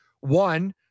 One